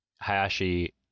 Hayashi